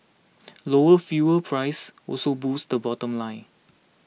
lower fuel prices also boosted the bottom line